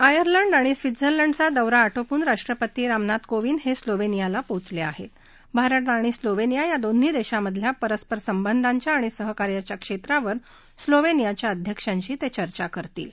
Ireland आणि स्वित्झलंडचा दौरा आटपून राष्ट्रपती रामनाथ कोंविद हस्तिलोवविंयाला पोहचलञ्ञाहत्त भारत आणि स्लोवविंया या दोन्ही दक्षीमध्येखा परस्पर संबंधांनी आणि सहकार्याच्या क्षम्रिवर स्लोवरियाच्या अध्यक्षांशी तच्चिर्चा करतील